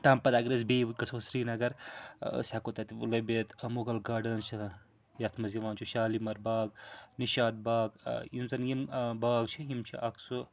تمہِ پَتہٕ اَگر أسۍ بیٚیہِ گَژھو سرینگر أسۍ ہیٚکو تَتہِ لٔبِتھ مُغل گاڈنز چھِ یَتھ منٛز یِوان چھُ شالمار باغ نِشاط باغ یِم زَن یِم باغ چھِ یِم چھِ اَکھ سُہ